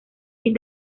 fin